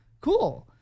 cool